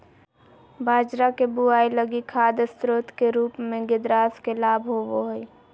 बाजरा के बुआई लगी खाद स्रोत के रूप में ग्रेदास के लाभ होबो हइ